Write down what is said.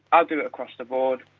ah kind of across the board.